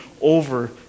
over